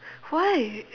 why